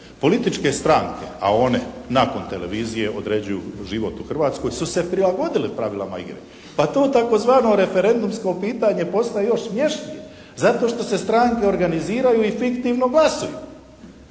Političke stranke, a one nakon televizije određuju život u Hrvatskoj, su se prilagodile pravilima igre. Pa to tzv. referendumsko pitanje postaje još smješnije zato što se strane organiziraju i fiktivno glasuju.